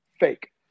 fake